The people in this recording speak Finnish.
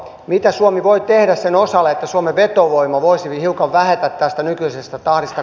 mitä suomi voi tehdä sen osalle että suomen vetovoima voisi hiukan vähetä tästä nykyisestä tahdista